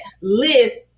list